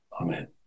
Amen